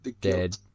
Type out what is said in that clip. dead